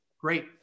Great